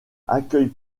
accueille